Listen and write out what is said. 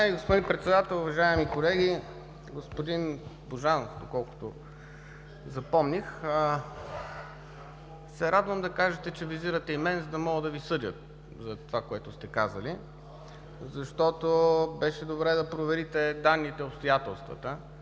господин Председател, уважаеми колеги! Господин Божанков, доколкото запомних, ще се радвам да кажете, че визирате и мен, за да мога да Ви съдя за това, което сте казали, защото беше добре да проверите данните и обстоятелствата.